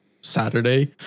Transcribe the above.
Saturday